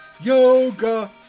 yoga